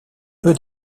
peu